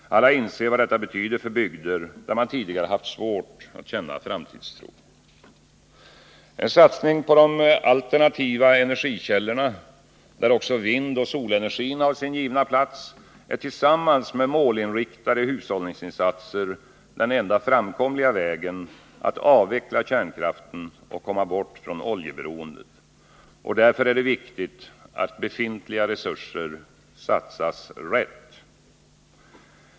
Alla inser vad detta betyder för bygder, där man tidigare haft svårt att känna framtidstro. En satsning på de alternativa energikällorna, där också vindoch solenergin har sin givna plats, är tillsammans med målinriktade hushållningsinsatser den enda framkomliga vägen att avveckla kärnkraften och komma bort från oljeberoendet. Därför är det viktigt att befintliga resurser satsas rätt.